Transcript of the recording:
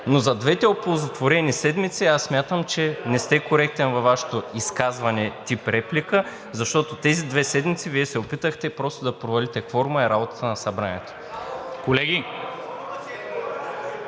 Но за двете оползотворени седмици аз смятам, че не сте коректен във Вашето изказване – тип реплика, защото тези две седмици Вие се опитахте просто да провалите кворума и работата на Събранието. (Шум и